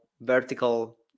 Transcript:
vertical